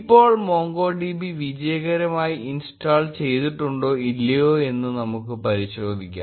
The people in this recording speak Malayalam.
ഇപ്പോൾ MongoDB വിജയകരമായി ഇൻസ്റ്റാൾ ചെയ്തിട്ടുണ്ടോ ഇല്ലയോ എന്ന് നമുക്ക് പരിശോധിക്കാം